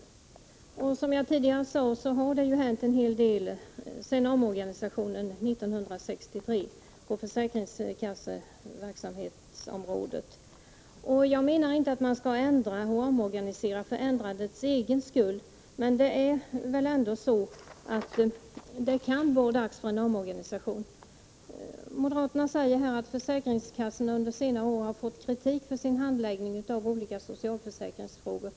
Som jag sade tidigare har det sedan omorganisationen 1963 hänt en hel del på försäkringskassornas verksamhetsområde. Jag menar inte att man skall ändra och omorganisera för ändrandets egen skull, men det kan nu vara dags för en omorganisation. Moderaterna säger här att försäkringskassorna under senare år har fått kritik för sin handläggning av olika socialförsäkringsfrågor.